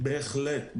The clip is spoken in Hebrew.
בהחלט.